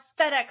FedEx